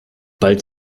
bald